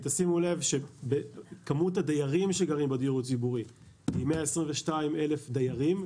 שימו לב שמספר הדיירים שגרים בדיור הציבורי הוא 122,000 דיירים,